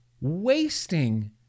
wasting